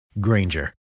Granger